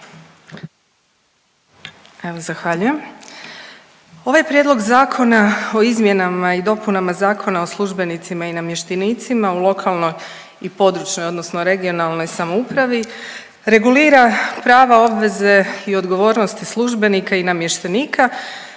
zahvaljujem. Ovaj Prijedlog zakona o izmjenama i dopunama Zakona o službenicima i namještenicima u lokalnoj i područnoj (regionalnoj) samoupravi regulira prava, obveze i odgovornosti službenika i namještenika